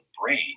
brain